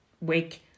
week